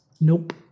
Nope